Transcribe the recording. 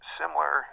similar